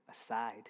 aside